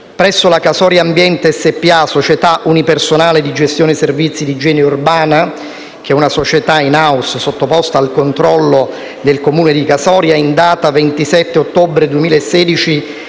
Presso la Casoria Ambiente SpA, società unipersonale di gestione servizi di igiene urbana (una società *in house* sottoposta al controllo del Comune di Casoria), in data 27 ottobre 2016,